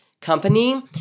company